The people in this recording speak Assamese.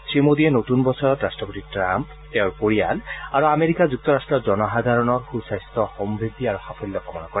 শ্ৰীমোদীয়ে নতুন বছৰত ৰাট্টপতি ট্ৰাম্প তেওঁৰ পৰিয়াল আৰু আমেৰিকা যুক্তৰাষ্ট্ৰৰ জনসাধাৰণৰ সুস্বাস্থ্য সমৃদ্ধি আৰু সাফল্য কামনা কৰে